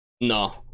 No